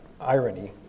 irony